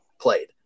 played